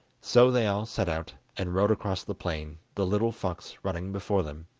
so they all set out, and rode across the plain, the little fox running before them.